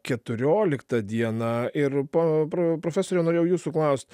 keturioliktą dieną ir pa profesoriau norėjau jūsų klaust